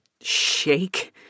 shake